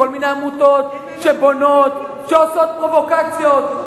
כל מיני עמותות שבונות, שעושות פרובוקציות.